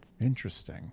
Interesting